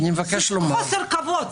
חוסר כבוד.